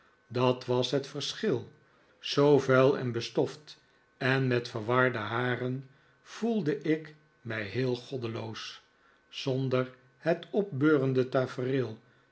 dat was het verschil zoo vuil en bestoft en met verwarde haren voelde ik mij heel goddeloos zonder het opbeurende tafereel